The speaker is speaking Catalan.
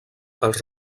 els